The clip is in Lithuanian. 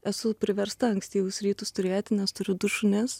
esu priversta ankstyvus rytus turėti nes turiu du šunis